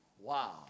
Wow